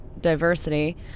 diversity